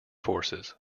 forces